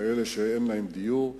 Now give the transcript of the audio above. כאלה שאין להם דיור,